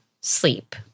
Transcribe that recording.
sleep